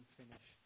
finish